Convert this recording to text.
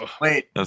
wait